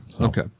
okay